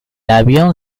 avión